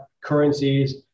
currencies